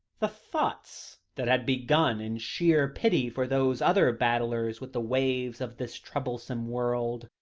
the thoughts that had begun in sheer pity for those other battlers with the waves of this troublesome world,